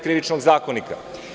Krivičnog zakonika.